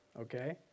okay